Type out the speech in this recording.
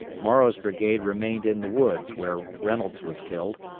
morrow's brigade remained in the woods where reynolds was killed,